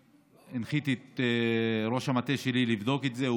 הנחיתי את ראש המטה שלי לבדוק את זה.